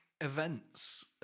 events